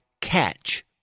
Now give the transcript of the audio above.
catch